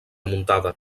muntada